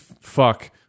fuck